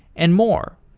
and more.